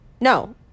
no